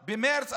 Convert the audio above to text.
במרץ,